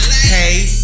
Hey